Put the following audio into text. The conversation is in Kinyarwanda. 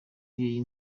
iyi